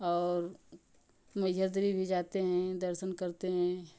और मैया देवी भी जाते हैं दर्शन करते हैं